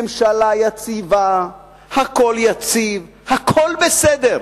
ממשלה יציבה, הכול יציב, הכול בסדר.